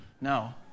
No